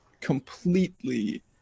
completely